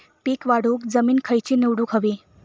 पीक वाढवूक जमीन खैची निवडुक हवी?